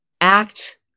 act